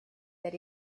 that